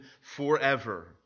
forever